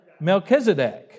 Melchizedek